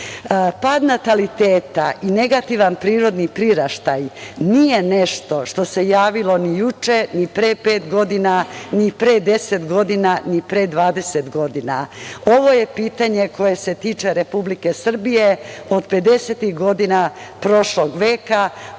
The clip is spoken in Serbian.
nataliteta, negativan prirodni priraštaj nije nešto što se javilo ni juče, ni pre pet godina, ni pre 10 godina, ni pre 20 godina. Ovo je pitanje koje se tiče Republike Srbije od 50-ih godina prošlog veka,